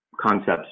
concepts